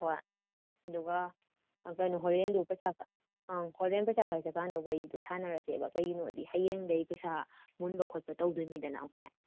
ꯍꯣꯏ ꯑꯗꯨꯒ ꯀꯩꯅꯣ ꯍꯣꯔꯦꯟꯗꯨ ꯄꯩꯁꯥ ꯑꯪ ꯍꯣꯔꯦꯟ ꯄꯩꯁꯥ ꯈꯥꯏ ꯆꯠꯀꯥꯟꯗ ꯋꯥꯔꯤꯗꯣ ꯁꯥꯟꯅꯔꯁꯦꯕ ꯀꯩꯒꯤꯅꯣꯗꯤ ꯍꯌꯦꯡꯗꯩ ꯄꯩꯁꯥ ꯃꯨꯟꯕ ꯈꯣꯠꯄ ꯇꯧꯗꯣꯏꯅꯤꯗꯅ ꯑꯩꯈꯣꯏ